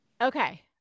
Okay